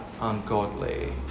ungodly